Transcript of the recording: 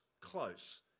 close